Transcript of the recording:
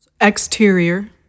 Exterior